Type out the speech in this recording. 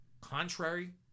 contrary